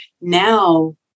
Now